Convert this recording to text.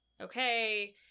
okay